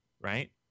right